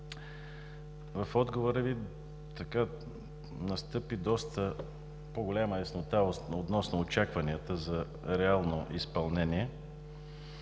От отговора Ви настъпи по-голяма яснота относно очакванията за реално изпълнение.